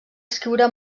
escriure